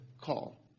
call